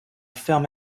film